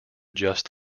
adjust